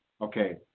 okay